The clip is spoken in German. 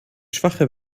schwache